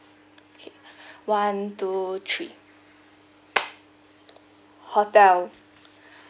okay one two three hotel